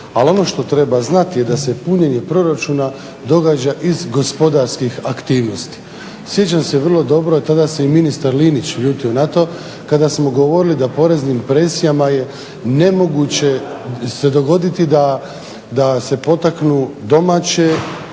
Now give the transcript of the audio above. Ali ono što treba znati da se punjenje proračuna događa iz gospodarskih aktivnosti. Sjećam se vrlo dobro da se i ministar Linić ljutio na to kada smo govorili da poreznim presijama je nemoguće se dogoditi da se potaknu domaće